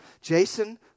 Jason